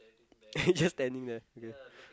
and he just standing there okay